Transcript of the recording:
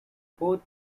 both